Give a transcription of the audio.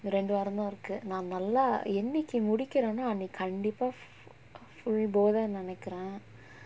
ரெண்டு வாரந்தா இருக்கு நா நல்லா என்னைக்கு முடிக்கிறனோஅன்னைக்கு கண்டிப்ப:rendu vaaranthaa irukku naa nallaa ennaikku mudikirano annaikku kandippa full bore தா நெனைக்குற:nenaikkura